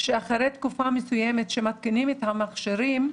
שאחרי תקופה מסוימת שמתקינים את המכשירים,